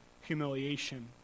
humiliation